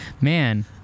Man